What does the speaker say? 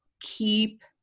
keep